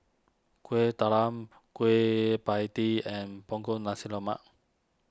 Kuih Talam Kueh Pie Tee and Punggol Nasi Lemak